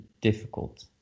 difficult